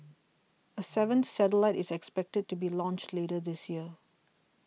a seventh satellite is expected to be launched later this year